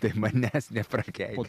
tai manęs neprakeik